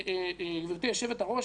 גברתי היושבת-ראש,